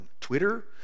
Twitter